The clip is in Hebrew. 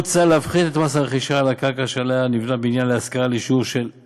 מוצע להפחית את מס הרכישה על הקרקע שעליה נבנה הבניין להשכרה ל-0.5%,